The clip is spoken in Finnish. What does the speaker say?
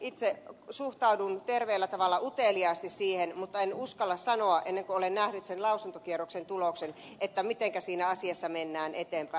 itse suhtaudun terveellä tavalla uteliaasti siihen mutta en uskalla sanoa ennen kuin olen nähnyt sen lausuntokierroksen tuloksen mitenkä siinä asiassa mennään eteenpäin